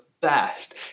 best